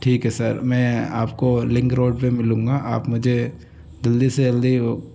ठीक है सर मैं आपको लिंक रोड पर मिलूंगा आप मुझे जल्दी से जल्दी